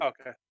Okay